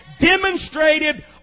demonstrated